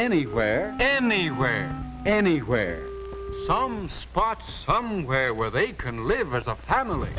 anywhere anywhere anywhere some spots somewhere where they can live as a family